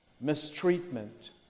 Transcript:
mistreatment